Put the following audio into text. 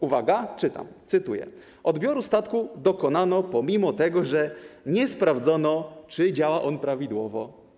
Uwaga, cytuję: Odbioru statku dokonano pomimo tego, że nie sprawdzono, czy działa on prawidłowo.